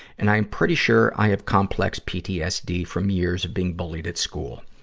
and i am pretty sure i have complex pstd from years of being bullied at school.